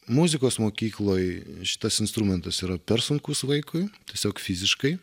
muzikos mokykloj šitas instrumentas yra per sunkus vaikui tiesiog fiziškai